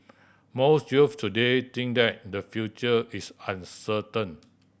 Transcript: most youths today think that their future is uncertain